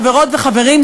חברות וחברים,